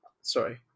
sorry